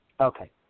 Okay